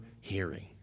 hearing